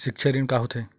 सिक्छा ऋण का होथे?